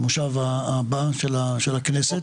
המושב הבא של הכנסת.